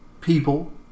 people